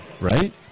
right